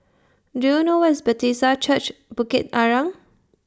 Do YOU know Where IS Bethesda Church Bukit Arang